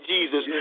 Jesus